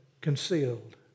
concealed